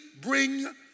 bring